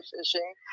fishing